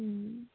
ও